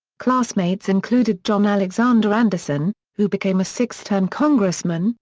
classmates included john alexander anderson, who became a six-term congressman,